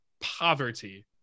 poverty